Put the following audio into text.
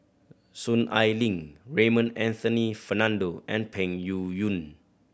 Soon Ai Ling Raymond Anthony Fernando and Peng Yuyun